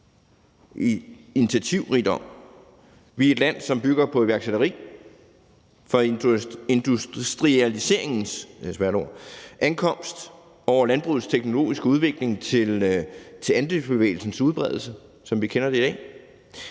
og initiativrigdom. Vi er et land, som har bygget på iværksætteri fra industrialiseringens ankomst over landbrugets teknologiske udvikling til andelsbevægelsens udbredelse, som vi kender det i dag.